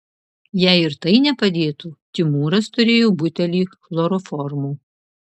jei ir tai nepadėtų timūras turėjo butelį chloroformo